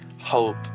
hope